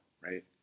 right